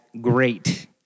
great